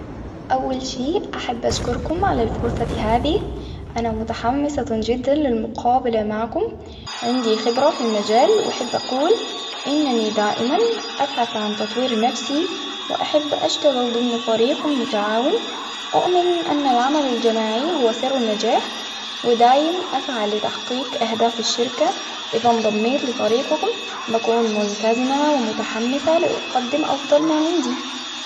أول شيء أحب أشكركم على الفرصة هذه أنا متحمسة جدا للمقابلة معكم. عندي خبرة في المجال أحب أقول أنني دائما أبحث عن تطوير نفسي، وأحب أشتغل ضمن فريق متعاون. أؤمن أن العمل الجماعي هو سر النجاح ودايما أسعى لتحقيق أهداف الشركة. إذا إنضميت لفريقكم بكون ملتزمة ومتحمسة لأقدم أفضل ما عندي.